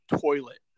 toilet